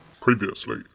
Previously